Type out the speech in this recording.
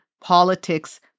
politics